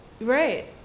right